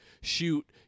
shoot